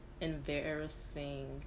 embarrassing